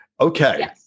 Okay